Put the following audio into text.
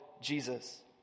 Jesus